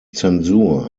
zensur